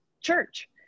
church